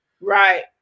Right